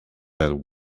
that